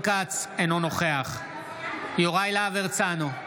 אינו נוכח יוראי להב הרצנו,